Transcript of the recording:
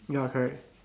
ya correct